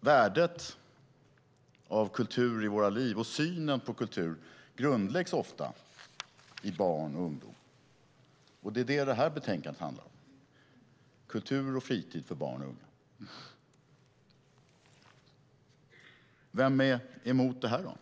Värdet av kultur i våra liv och synen på kultur grundläggs ofta i barn och ungdomen. Det är det som det här betänkandet handlar om, det vill säga kultur och fritid för barn och unga. Vem är emot det här?